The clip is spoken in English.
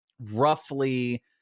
roughly